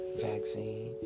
vaccine